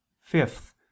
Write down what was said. Fifth